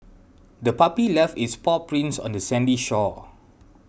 the puppy left its paw prints on the sandy shore